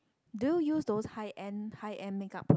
do you use those high end high end makeup product